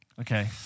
Okay